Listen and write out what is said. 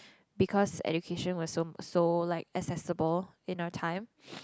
because education was so so like accessible in our time